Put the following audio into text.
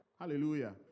Hallelujah